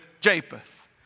Japheth